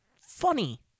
funny